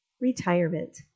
Retirement